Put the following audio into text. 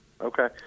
Okay